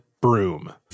broom